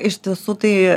iš tiesų tai